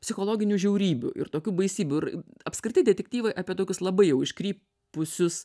psichologinių žiaurybių ir tokių baisybių ir apskritai detektyvai apie tokius labai jau iškrypusius